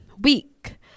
week